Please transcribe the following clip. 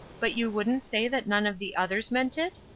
but you wouldn't say that none of the others meant it?